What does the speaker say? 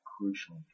crucial